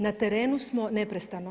Na terenu smo neprestano.